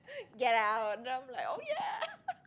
get out then I'm like oh ya !yeah!